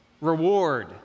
Reward